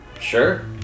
Sure